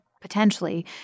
potentially